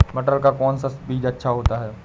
मटर का कौन सा बीज अच्छा होता हैं?